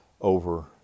over